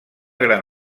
gran